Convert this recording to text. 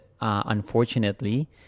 unfortunately